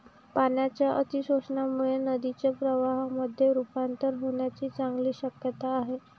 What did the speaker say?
पाण्याच्या अतिशोषणामुळे नदीचे प्रवाहामध्ये रुपांतर होण्याची चांगली शक्यता आहे